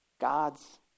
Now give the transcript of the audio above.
God's